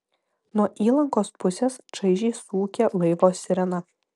nuo įlankos pusės čaižiai suūkė laivo sirena